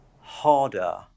harder